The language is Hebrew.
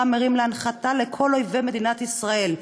מרים להנחתה לכל אויבי מדינת ישראל.